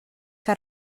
que